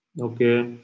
Okay